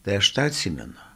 tai aš tą atsimenu